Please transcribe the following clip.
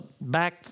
back